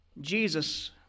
Jesus